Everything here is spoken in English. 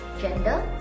gender